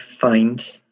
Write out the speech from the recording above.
find